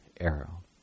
arrow